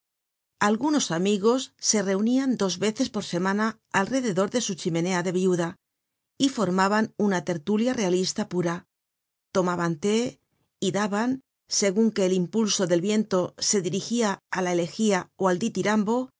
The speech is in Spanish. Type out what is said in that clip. algunos amigos se reunian dos veces por semana alrededor de su chimenea de viuda y formaban una tertulia realista pura tomaban té y daban segun que el impulso del viento se dirigia á la elegía